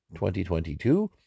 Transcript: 2022